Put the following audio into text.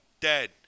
Dead